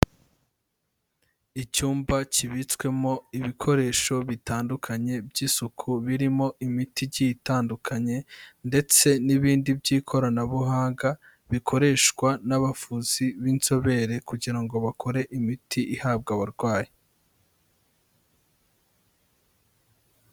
Icyumba kibitswemo ibikoresho bitandukanye by'isuku, birimo imiti igiye itandukanye ndetse n'ibindi by'ikoranabuhanga, bikoreshwa n'abavuzi b'inzobere kugira ngo bakore imiti ihabwa abarwayi.